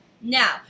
Now